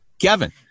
Kevin